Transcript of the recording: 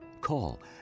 Call